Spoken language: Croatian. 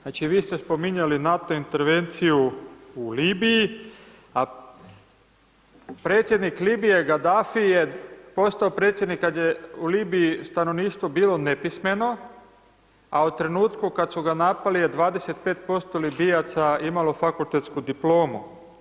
Znači vi ste spominjali NATO intervenciju u Libiji a predsjednik Libije Gadafi je postao predsjednik kad je u Libiji stanovništvo bilo nepismeno a u trenutku kada su ga napali je 25% Libijaca imalo fakultetsku diplomu.